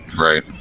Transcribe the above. right